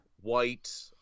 white